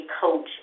coach